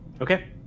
Okay